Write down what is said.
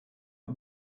you